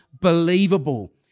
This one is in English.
believable